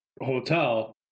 hotel